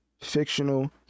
fictional